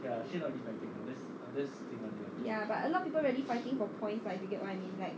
ya but a lot of people really fighting for points lah if you get what I mean